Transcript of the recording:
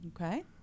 Okay